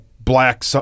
black